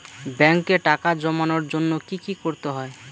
ব্যাংকে টাকা জমানোর জন্য কি কি করতে হয়?